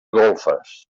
golfes